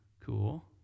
cool